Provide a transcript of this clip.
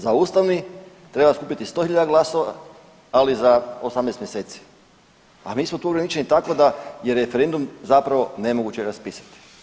Za ustavni treba skupiti 100.000 glasova, ali za 18 mjeseci, a mi smo tu ograničeni tako da je referendum zapravo nemoguće raspisati.